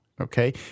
okay